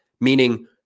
meaning